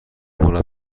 مربی